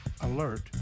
Alert